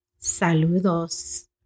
saludos